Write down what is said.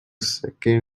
second